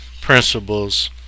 principles